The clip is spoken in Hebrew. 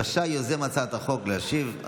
רשאי יוזם הצעת החוק להשיב.